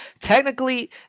technically